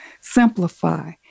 Simplify